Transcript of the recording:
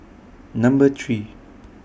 Number three